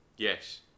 Yes